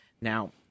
Now